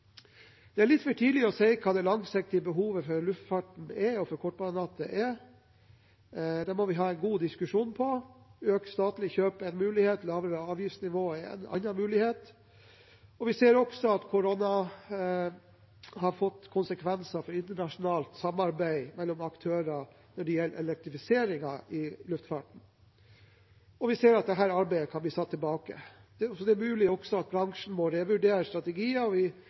må vi ha en god diskusjon om. Økt statlig kjøp er en mulighet, lavere avgiftsnivå er en annen mulighet. Vi ser også at korona har fått konsekvenser for internasjonalt samarbeid mellom aktører når det gjelder elektrifiseringen i luftfarten, og vi ser at dette arbeidet kan bli satt tilbake. Det er mulig at bransjen må revurdere strategier, og